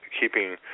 keeping